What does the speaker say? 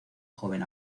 joven